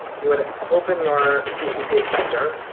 you would open your tcp accepter,